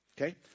Okay